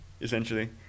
essentially